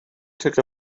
took